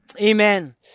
Amen